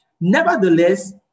Nevertheless